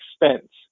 expense